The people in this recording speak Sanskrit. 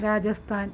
राजस्थान्